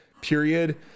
period